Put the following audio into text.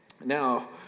Now